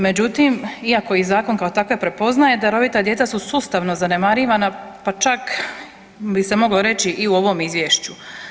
Međutim, iako ih zakon kao takve prepoznaje darovita djeca su sustavno zanemarivana, pa čak bi se moglo reći i u ovom izvješću.